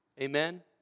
Amen